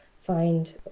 find